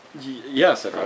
Yes